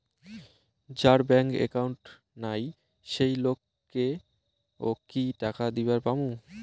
যার bank account নাই সেই লোক কে ও কি টাকা দিবার পামু?